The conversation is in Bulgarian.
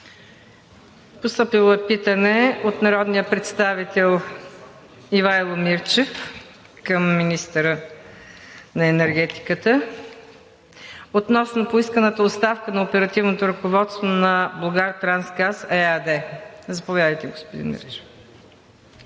Постъпило е питане от народния представител Ивайло Мирчев към министъра на енергетиката относно поисканата оставка на оперативното ръководство на „Булгартрансгаз“ ЕАД. Заповядайте, господин Мирчев.